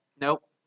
Nope